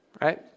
right